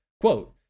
Quote